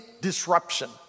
disruption